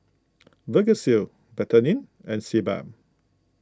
Vagisil Betadine and Sebamed